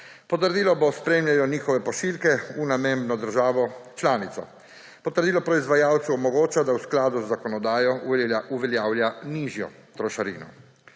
Potrdilo bo spremljalo njihove pošiljke v namembno državno članico. Potrdilo proizvajalcu omogoča, da v skladu z zakonodajo uveljavlja nižjo trošarino.